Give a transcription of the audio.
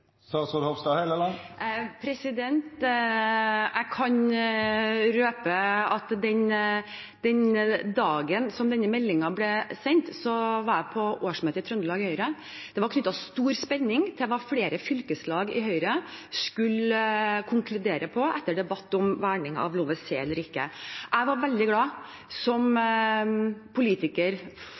Jeg kan røpe at den dagen den meldingen ble sendt, var jeg på årsmøte i Trøndelag Høyre. Det var knyttet stor spenning til hva flere fylkeslag i Høyre skulle konkludere med etter debatt om verning av LoVeSe eller ikke. Jeg var veldig glad – som politiker